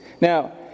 Now